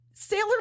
Sailor